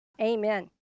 Amen